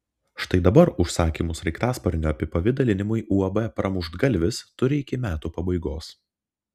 štai dabar užsakymų sraigtasparnių apipavidalinimui uab pramuštgalvis turi iki metų pabaigos